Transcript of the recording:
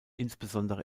insbesondere